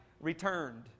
returned